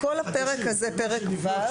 כל הפרק הזה, פרק ו'.